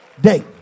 day